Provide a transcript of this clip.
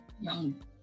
young